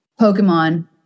Pokemon